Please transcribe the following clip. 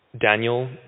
Daniel